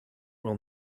will